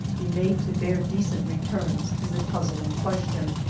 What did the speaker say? be made to bear de cent returns is a puzzling question,